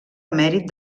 emèrit